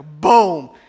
boom